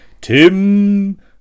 Tim